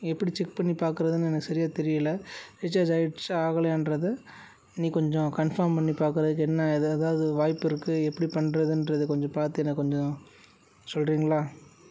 எப்படி செக் பண்ணி பார்க்கறதுன்னு எனக்கு சரியாக தெரியல ரீசார்ஜ் ஆகிடுச்சா ஆகலையான்றது நீ கொஞ்சம் கன்ஃபார்ம் பண்ணி பார்க்கறதுக்கு என்ன எதா ஏதாவது வாய்ப்பு இருக்கு எப்படி பண்ணுறதுன்றது கொஞ்சம் பார்த்து எனக்கு கொஞ்சம் சொல்கிறீங்களா